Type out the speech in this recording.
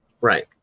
Right